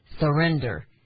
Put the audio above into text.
Surrender